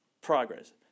progress